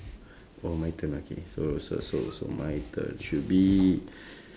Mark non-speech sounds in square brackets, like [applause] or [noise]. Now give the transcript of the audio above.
oh my turn okay so so so so my turn should we [breath]